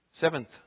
seventh